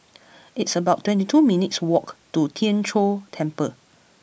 it's about twenty two minutes' walk to Tien Chor Temple